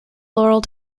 laurel